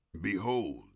behold